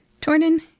Tornin